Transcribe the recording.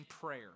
prayer